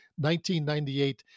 1998